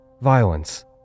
violence